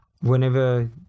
whenever